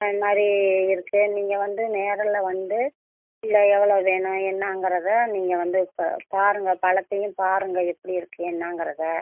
அது மாதிரி இருக்கு நீங்கள் வந்து நேரில் வந்து இல்லை எவ்வளோ வேணும் என்னாங்குறதை நீங்கள் வந்து ப்ப பாருங்கள் பழத்தையும் பாருங்கள் எப்படி இருக்கு என்னாங்குறதை